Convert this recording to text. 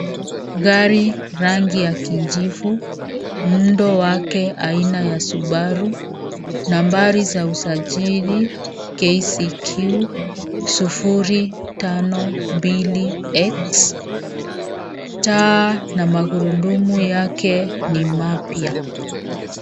Gari rangi ya kijivu, muundo wake aina ya Subaru, nambari za usajili KCQ 052X Taa na magurudumu yake ni mapya.